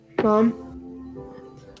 Mom